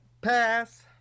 pass